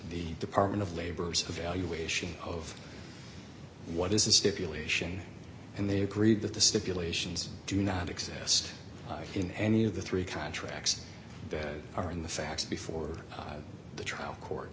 the department of labor's evaluation of what is a stipulation and they agreed that the stipulations do not exist in any of the three contracts that are in the facts before the trial court